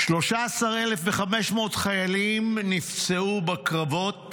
13,500 חיילים נפצעו בקרבות